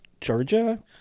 Georgia